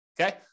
Okay